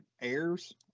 airs